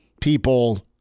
people